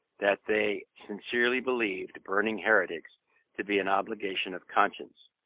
that they sincerely believed burning heretics to be an obligation of conscience.